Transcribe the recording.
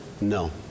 No